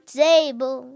table